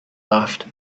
laughed